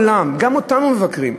גם אותנו מבקרים.